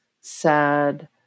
sad